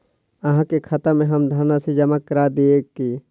अहाँ के खाता में हम धनराशि जमा करा दिअ की?